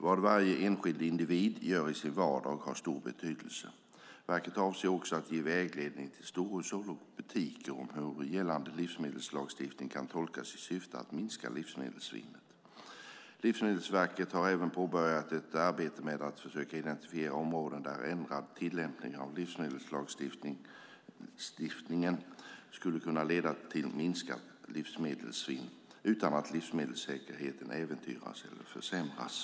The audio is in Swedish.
Vad varje enskild individ gör i sin vardag har stor betydelse. Verket avser också att ge vägledning till storhushåll och butiker om hur gällande livsmedelslagstiftning kan tolkas, i syfte att minska livsmedelssvinnet. Livsmedelsverket har även påbörjat ett arbete med att försöka identifiera områden där ändrad tillämpning av livsmedelslagstiftningen skulle kunna leda till minskat livsmedelssvinn utan att livsmedelssäkerheten äventyras eller försämras.